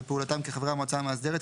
בפעולתם כחברי המועצה המאסדרת,